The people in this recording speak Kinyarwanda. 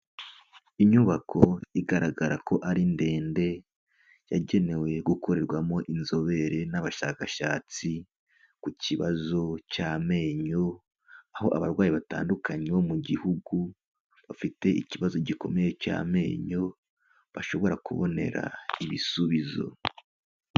Inyubako igaragara ko ari ndende, yagenewe gukorerwamo inzobere n'abashakashatsi ku kibazo cy'amenyo, aho abarwayi batandukanye bo mu gihugu bafite ikibazo gikomeye cy'amenyo, bashobora kubonera ibisubizo.